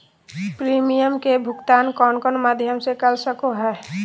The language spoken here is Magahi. प्रिमियम के भुक्तान कौन कौन माध्यम से कर सको है?